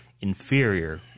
inferior